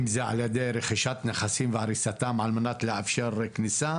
אם זה על ידי רכישת נכסים והריסתם על מנת לאפשר כניסה,